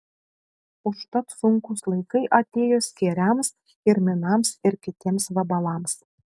užtat sunkūs laikai atėjo skėriams kirminams ir kitiems vabalams